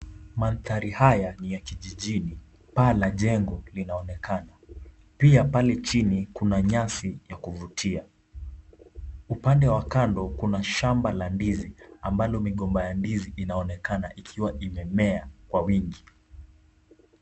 Manthari haya ni ya kijijini, paa la jengo linaonekana. Pia pale chini kuna nyasi ya kuvutia. Upande wa kando kuna shamba la ndizi ambalo migomba ya ndizi inaonekana ikiwa imemea kwa wingi.